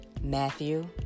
Matthew